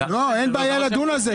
אין בעיה לדון על זה.